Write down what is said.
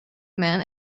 man